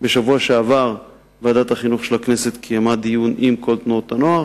בשבוע שעבר ועדת החינוך של הכנסת קיימה דיון עם כל תנועות הנוער.